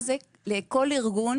לכל ארגון